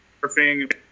surfing